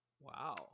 Wow